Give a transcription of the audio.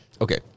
okay